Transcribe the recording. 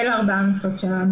אלה ארבע ההמלצות שלנו.